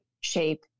shape